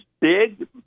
big